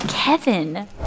Kevin